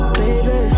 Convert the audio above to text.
baby